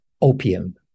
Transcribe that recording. opium